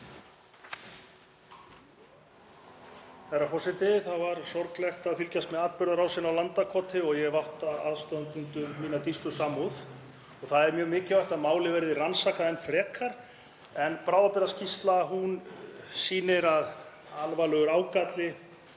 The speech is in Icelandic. Herra forseti. Það var sorglegt að fylgjast með atburðarásinni á Landakoti og ég votta aðstandendum mína dýpstu samúð. Það er mjög mikilvægt að málið verði rannsakað enn frekar. En bráðabirgðaskýrsla sýnir að alvarlegur ágalli